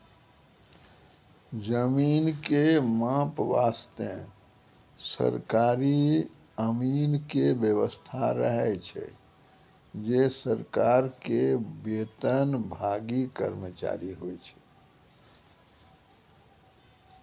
जमीन के माप वास्तॅ सरकारी अमीन के व्यवस्था रहै छै जे सरकार के वेतनभागी कर्मचारी होय छै